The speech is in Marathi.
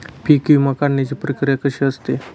पीक विमा काढण्याची प्रक्रिया कशी असते?